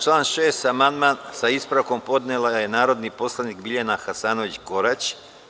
Na član 6. amandman, sa ispravkom, podnela je narodni poslanik Biljana Hasanović Korać.